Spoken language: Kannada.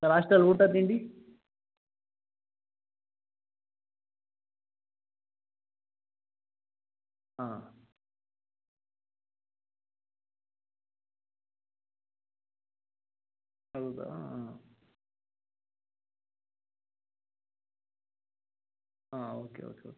ಸರ್ ಆಸ್ಟೆಲ್ ಊಟ ತಿಂಡಿ ಆಂ ಹೌದಾ ಆಂ ಆಂ ಓಕೆ ಓಕೆ ಓಕೆ